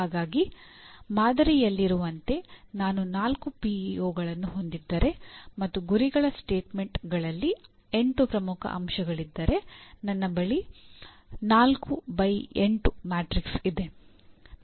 ಹಾಗಾಗಿ ಮಾದರಿಯಲ್ಲಿರುವಂತೆ ನಾನು ನಾಲ್ಕು ಪಿಇಒಗಳನ್ನು ಹೊಂದಿದ್ದರೆ ಮತ್ತು ಗುರಿಗಳ ಸ್ಟೇಟ್ಮೆಂಟ್ಗಳಲ್ಲಿ 8 ಪ್ರಮುಖ ಅಂಶಗಳಿದ್ದರೆ ನನ್ನ ಬಳಿ 4 ಬೈ 8 ಮ್ಯಾಟ್ರಿಕ್ಸ್ ಇದೆ